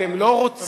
אתם לא רוצים.